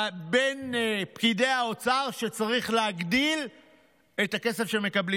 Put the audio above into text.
בין פקידי האוצר, שצריך להגדיל את הכסף שמקבלים